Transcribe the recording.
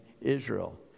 Israel